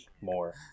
more